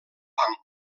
fang